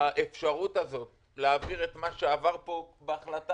האפשרות הזאת להעביר את מה שעבר כאן בהחלטה